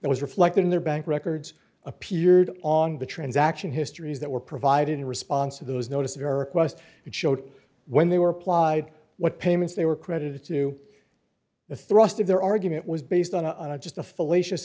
was reflected in their bank records appeared on the transaction histories that were provided in response to those notice of her request it showed when they were applied what payments they were credited to the thrust of their argument was based on a just a fallacious